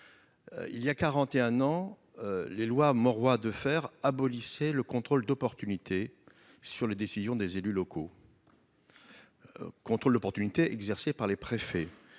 il y a 41 ans, les lois Mauroy de faire abolissez le contrôle d'opportunité sur les décisions des élus locaux. Contrôle d'opportunité exercé par les préfets